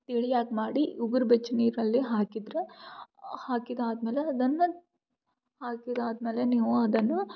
ತಿಳಿಯಾಗಿ ಮಾಡಿ ಉಗುರು ಬೆಚ್ಚ ನೀರಲ್ಲಿ ಹಾಕಿದರೆ ಹಾಕಿದ ಆದ್ಮೇಲೆ ಅದನ್ನು ಹಾಕಿದಾದ್ಮೇಲೆ ನೀವು ಅದನ್ನು